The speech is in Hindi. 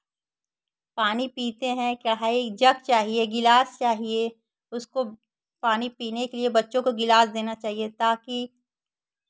पानी पीते हैं कड़ाही जग चाहिए गिलास चाहिए उसको पानी पीने के लिए बच्चों को गिलास देना चाहिए ताकि